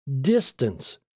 distance